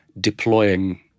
deploying